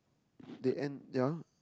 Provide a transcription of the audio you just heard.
they end yea